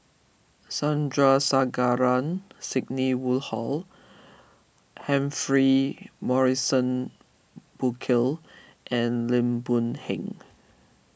Sandrasegaran Sidney Woodhull Humphrey Morrison Burkill and Lim Boon Heng